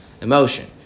emotion